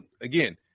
again